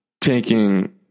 taking